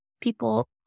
people